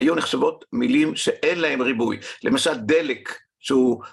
היו נחשבות מילים שאין להם ריבוי, למשל דלק שהוא